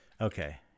Okay